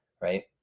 Right